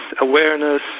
awareness